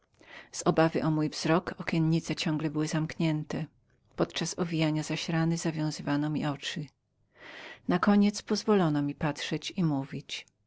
z obawy o mój wzrok okiennice ciągle były zamknięte podczas owijania zaś rany zawiązywano mi oczy nareszcie pozwolono mi patrzyć i mówić